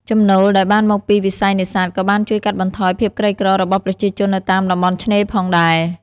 ចំណូលដែលបានមកពីវិស័យនេសាទក៏បានជួយកាត់បន្ថយភាពក្រីក្ររបស់ប្រជាជននៅតាមតំបន់ឆ្នេរផងដែរ។